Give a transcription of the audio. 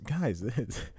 Guys